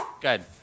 Good